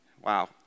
Wow